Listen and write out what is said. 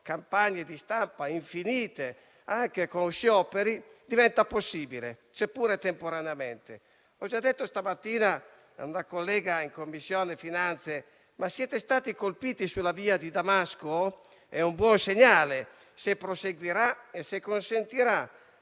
campagne di stampa infinite anche con scioperi - diventa possibile, seppur temporaneamente. Ho già domandato questa mattina a una collega in Commissione finanze se siete stati colpiti sulla via di Damasco. È un buon segnale, se proseguirà e consentirà